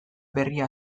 berria